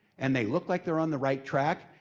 and they look like they're on the right track,